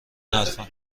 حرفم